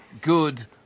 Good